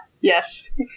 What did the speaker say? Yes